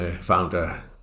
founder